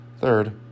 Third